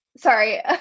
Sorry